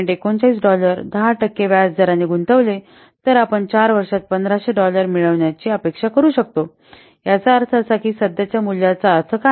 39 dollar 10 टक्के व्याजदराने गुंतविले तर आपण चार वर्षांत 1500 डॉलर मिळण्याची अपेक्षा करू शकतो याचा अर्थ असा की सध्याच्या मूल्याचा अर्थ काय आहे